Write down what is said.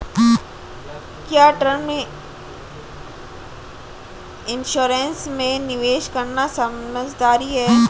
क्या term insurance में निवेश करना समझदारी है?